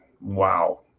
Wow